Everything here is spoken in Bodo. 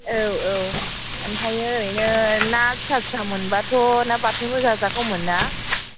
औ औ ओमफ्राय ओरैनो ना फिसा फिसा मोनबाथ' ना बाथोनबो जाजागौमोन ना